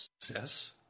success